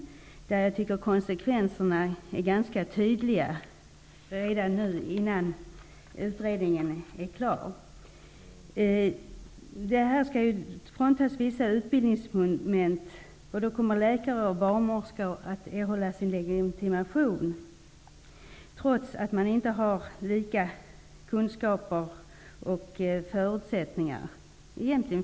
Det är redan nu innan utredningen är klar ganska tydligt vilka konsekvenser detta får. Vissa utbildningsmoment kommer att tas bort. Läkare och barnmorskor kommer att erhålla sin legitimation trots att de inte har den kunskap som egentligen är en förutsättning för legitimationen.